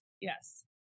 Yes